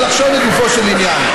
אבל עכשיו לגופו של עניין,